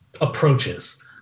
approaches